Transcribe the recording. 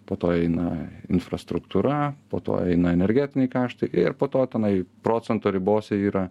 po to eina infrastruktūra po to eina energetiniai kaštai ir po to tenai procento ribose yra